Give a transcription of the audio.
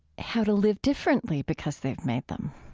how to live differently because they've made them?